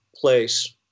place